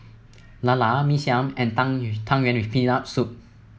Lala Mee Siam and Tang Tang Yuen with Peanut Soup